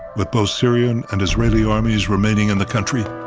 with both syrian and israeli armies remaining in the country,